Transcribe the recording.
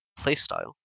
playstyle